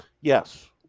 Yes